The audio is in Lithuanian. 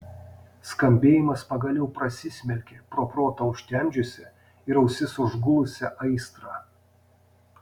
skambėjimas pagaliau prasismelkė pro protą užtemdžiusią ir ausis užgulusią aistrą